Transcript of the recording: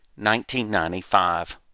1995